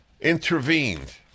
Intervened